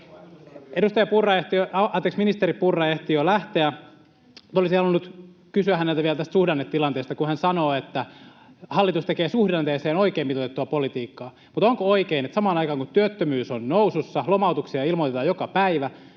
Ministeri Purra ehti jo lähteä. Olisin halunnut kysyä häneltä vielä tästä suhdannetilanteesta, kun hän sanoi, että hallitus tekee suhdanteeseen oikein mitoitettua politiikkaa. Mutta onko oikein, että samaan aikaan kun työttömyys on nousussa, lomautuksia ilmoitetaan joka päivä,